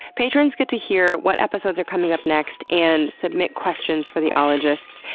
patrons get to hear what episodes are coming up next and submit questions for the ologists,